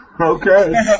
Okay